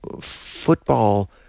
football